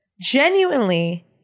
genuinely